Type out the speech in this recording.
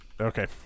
Okay